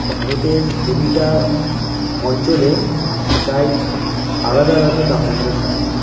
ভারতের পোতিটা অঞ্চলে প্রাই আলাদা আলাদা তাপমাত্রা থাকে